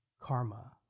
karma